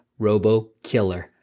RoboKiller